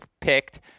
picked